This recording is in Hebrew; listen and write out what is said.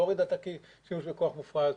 לא הורידה את השימוש בכוח מופרז,